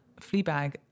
Fleabag